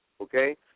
okay